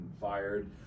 fired